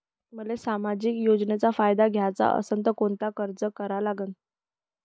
मले सामाजिक योजनेचा फायदा घ्याचा असन त कोनता अर्ज करा लागन?